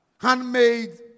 handmade